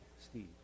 Steve